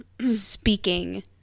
speaking